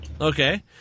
Okay